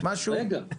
רגע.